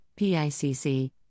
PICC